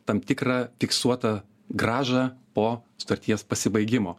tam tikrą fiksuotą grąžą po sutarties pasibaigimo